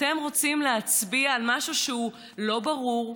אתם רוצים להצביע על משהו שהוא לא ברור,